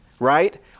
right